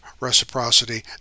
reciprocity